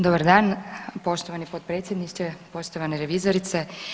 Dobar dan poštovani potpredsjedniče, poštovana revizorice.